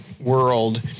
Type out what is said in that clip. world